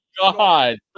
God